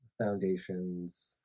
Foundations